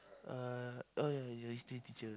uh oh ya is the history teacher